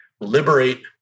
liberate